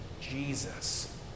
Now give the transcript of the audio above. Jesus